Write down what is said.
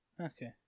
Okay